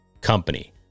Company